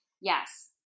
yes